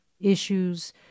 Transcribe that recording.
issues